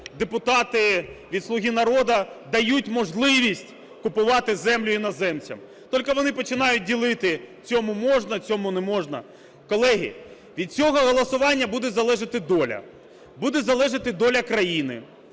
депутати від "Слуги народу" дають можливість купувати землю іноземцям, тілько вони починають ділити: цьому можна, цьому не можна. Колеги, від цього голосування буде залежати доля. Буде залежати доля країни,